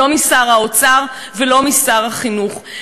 לא משר האוצר ולא משר החינוך.